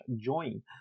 join